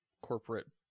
corporate